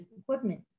equipment